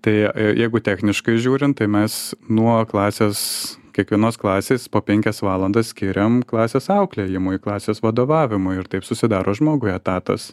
tai jeigu techniškai žiūrint tai mes nuo klasės kiekvienos klasės po penkias valandas skiriam klasės auklėjimui klasės vadovavimui ir taip susidaro žmogui etatas